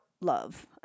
love